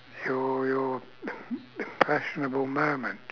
your your impressionable moment